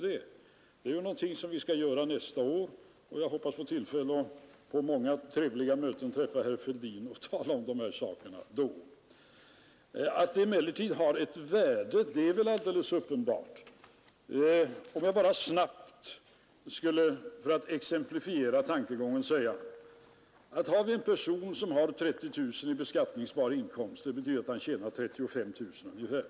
Det är ju något som vi skall göra nästa år, och jag hoppas då få tillfälle att på många trevliga möten träffa herr Fälldin och tala om dessa saker. Att skatteförslaget ändå har ett värde torde emellertid vara alldeles uppenbart. Låt mig bara snabbt för att exemplifiera min tankegång peka på en person med 30 000 kronor i beskattningsbar inkomst, dvs. med en bruttoinkomst av ungefär 35 000 kronor.